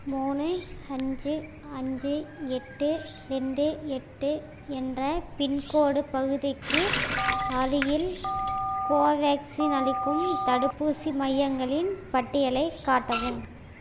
மூணு அஞ்சு அஞ்சு எட்டு ரெண்டு எட்டு என்ற பின்கோட் பகுதிக்கு அருகில் கோவேக்சின் அளிக்கும் தடுப்பூசி மையங்களின் பட்டியலைக் காட்டவும்